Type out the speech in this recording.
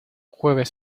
jueves